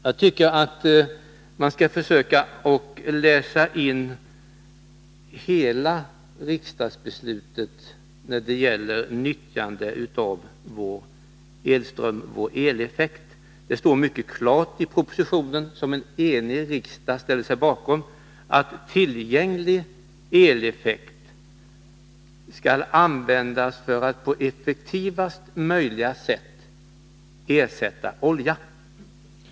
Jag tycker att man bör försöka att läsa in hela riksdagsbeslutet när det gäller nyttjande av vår elström. Det står mycket klart i propositionen, som en enig riksdag ställde sig bakom, att tillgänglig eleffekt skall användas för att på effektivaste möjliga sätt ersätta olja.